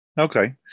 okay